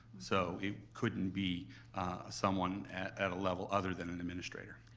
so it couldn't be someone at a level other than an administrator.